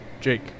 Jake